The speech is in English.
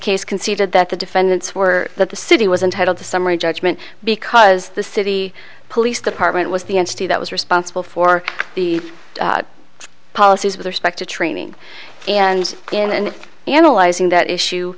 case conceded that the defendants were that the city was entitled to summary judgment because the city police department was the entity that was responsible for the policies with respect to training and in and analyzing that issue